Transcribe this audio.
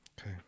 Okay